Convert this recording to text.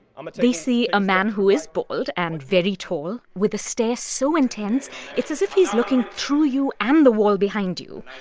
um they see a man who is bald and very tall with a stare so intense it's as if he's looking through you and the wall behind you.